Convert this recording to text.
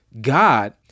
God